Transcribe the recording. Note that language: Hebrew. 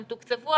הם תוקצבו,